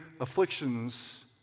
afflictions